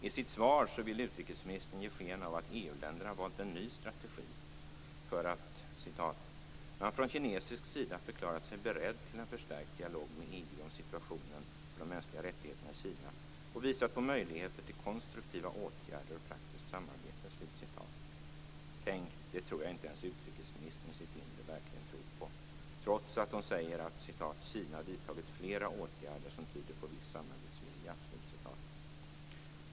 I sitt svar vill utrikesministern ge sken av att EU länderna valt en ny strategi för att "man från kinesisk sida förklarat sig beredd till en förstärkt dialog med Kina och visat på möjligheter till konstruktiva åtgärder och praktiskt samarbete." Tänk, det tror jag inte ens utrikesministern i sitt inre verkligen tror på, trots att hon säger att "Kina vidtagit flera åtgärder som tyder på viss samarbetsvilja."